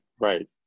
Right